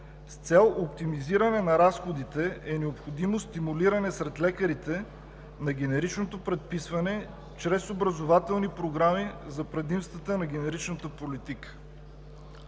С цел оптимизиране на разходите, е необходимо стимулиране сред лекарите на генеричното предписване чрез образователни програми за предимствата на генеричната политика.